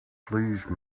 please